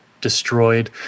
destroyed